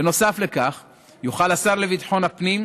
בנוסף לכך יוכל השר לביטחון הפנים,